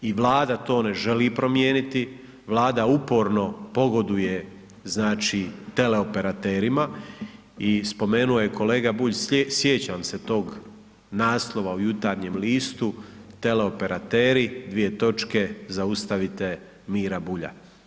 I vlada to ne želi promijeniti, vlada uporno pogoduje znači teleoperaterima i spomenuo je kolega Bulj, sjećam se tog naslova u Jutarnjem listu, teleoperateri dvije točke, zaustavite Mira Bulja.